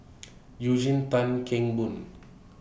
Eugene Tan Kheng Boon